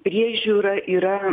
priežiūra yra